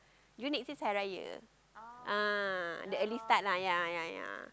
June next year is Hari-Raya ah the early start lah ya ya ya